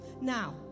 Now